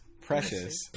precious